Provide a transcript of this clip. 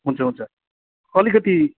हुन्छ हुन्छ अलिकति